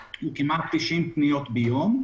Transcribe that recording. הוא כ-90 פניות ליום,